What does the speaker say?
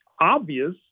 obvious